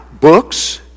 books